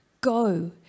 go